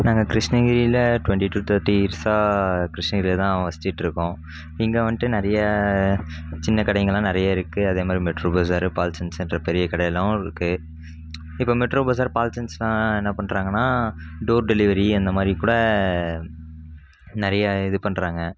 நாங்கள் கிருஷ்ணகிரியில் twenty to தேட்டி இயர்ஸாக கிருஷ்ணகிரியில் தான் வசிட்ருக்கோம் இங்கே வந்துட்டு நிறைய சின்ன கடைங்கல்லாம் நிறைய இருக்குது அதே மாதிரி மெட்ரோ பஸார் பால்சென் சென்டர் பெரிய கடையெல்லாமிருக்கு இப்போது மெட்ரோ பஸார் பால்சென்ஸ்னா என்ன பண்ணுறாங்கனா டோர் டெலிவரி அந்த மாதிரி கூட நிறையா இது பண்ணுறாங்க